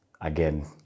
again